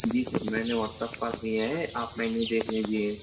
جی sir میں نے WhatsApp کردیے ہیں آپ مینیو دیکھ لیجیے